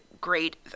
great